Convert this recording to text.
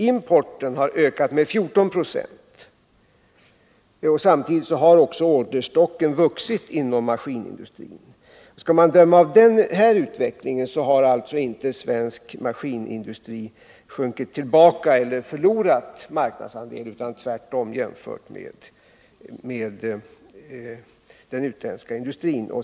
Importen har ökat med 14 Z under samma tid. Samtidigt har orderstocken inom maskinindustrin vuxit. Skall man döma av den här utvecklingen har alltså svensk maskinindustri inte gått tillbaka eller förlorat marknadsandelar, utan den har tvärtom gått framåt jämfört med den utländska industrin.